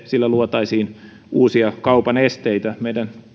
sillä luotaisiin uusia kaupan esteitä meidän